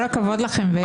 כל הכבוד לכם.